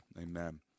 Amen